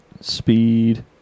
Speed